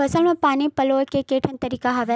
फसल म पानी पलोय के केठन तरीका हवय?